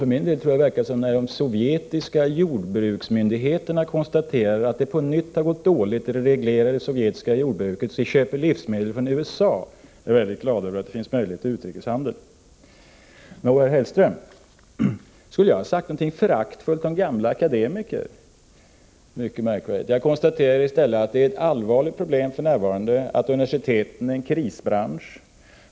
För min del tycker jag att det verkar som om de sovjetiska jordbruksmyndigheterna — när de konstaterar att det på nytt har gått dåligt i det reglerade sovjetiska jordbruket och därför vill köpa livsmedel från USA — är mycket glada över att det finns möjligheter till utrikeshandel. Så till herr Hellström: Skulle jag ha sagt något föraktfullt om gamla akademiker? Det låter mycket märkligt. Jag konstaterar i stället att det för närvarande är ett allvarligt problem att universiteten är en krisbransch.